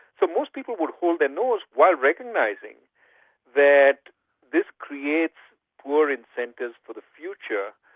so most people would hold their nose while recognising that this creates poor incentives for the future,